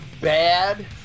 bad